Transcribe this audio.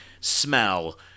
smell